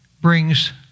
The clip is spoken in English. brings